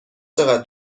چقدر